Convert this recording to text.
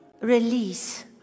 release